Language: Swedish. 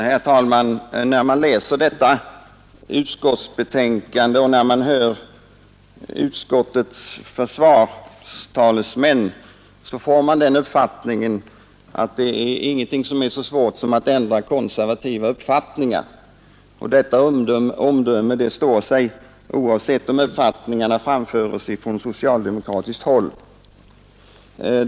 Herr talman! När man läser detta utskottsbetänkande och när man hör utskottsmajoritetens talesmän så får man intrycket att ingenting är så svårt som att ändra konservativa uppfattningar. Detta omdöme står sig även om uppfattningarna i fråga framförts från socialdemokratiskt håll.